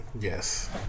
yes